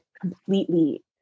completely